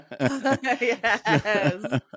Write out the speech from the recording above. Yes